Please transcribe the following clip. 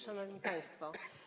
Szanowni Państwo!